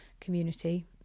community